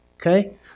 Okay